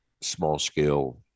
small-scale